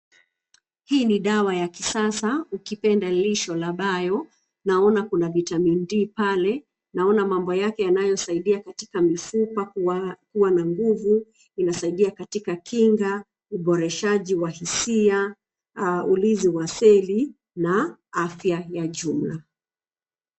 Hii ni dawa ya kisasa ukipenda lisho la bio. Naona kuna vitamin D pale. Naona mambo yake yanayosaidia katika mifupa kuwa na nguvu. Inasaidia katika kinga, uboreshaji wa hisia, ulinzi wa seli na afya ya jumla.